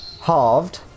Halved